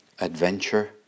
Adventure